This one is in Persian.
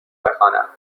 بخوانم